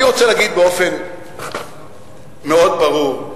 אני רוצה להגיד באופן מאוד ברור: